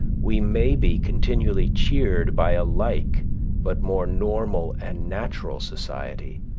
we may be continually cheered by a like but more normal and natural society,